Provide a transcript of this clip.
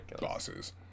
bosses